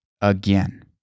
again